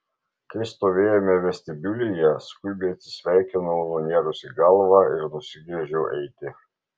kai stovėjome vestibiulyje skubiai atsisveikinau nunėrusi galvą ir nusigręžiau eiti